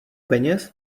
peněz